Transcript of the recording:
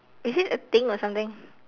is it a thing or something